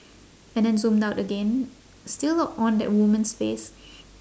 and then zoomed out again still on that woman's face